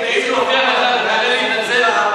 אם נוכיח לך, תעלה להתנצל?